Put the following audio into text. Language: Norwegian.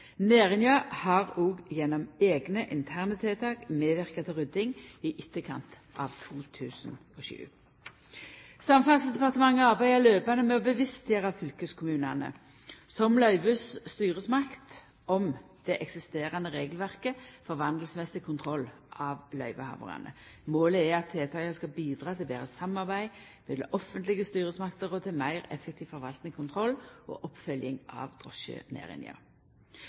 næringa. Næringa har òg gjennom eigne interne tiltak medverka til rydding i etterkant av 2007. Samferdselsdepartementet arbeider kontinuerleg med å bevisstgjera fylkeskommunane, som løyvestyresmakt om det eksisterande regelverket for vandelsmessig kontroll av løyvehavarane. Målet er at tiltaka skal bidra til betre samarbeid mellom offentlege styresmakter og meir effektiv forvalting, kontroll og oppfølging av drosjenæringa.